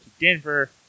Denver